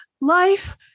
life